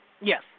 Yes